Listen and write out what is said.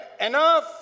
Enough